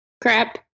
crap